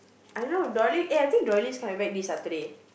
I know dolly eh I think dolly's coming back this Saturday